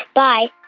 bye